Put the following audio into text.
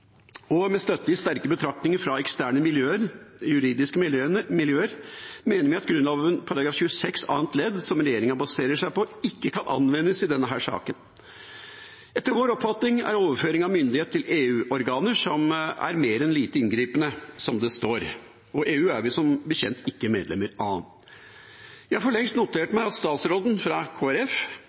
Med støtte i sterke betraktninger fra eksterne juridiske miljøer mener vi at Grunnloven § 26 andre ledd, som regjeringa baserer seg på, ikke kan anvendes i denne saken. Etter vår oppfatning er dette en overføring av myndighet til EU-organer som er mer enn «lite inngripende», som det står, og EU er vi som bekjent ikke medlem av. Jeg har for lengst notert meg at statsråden fra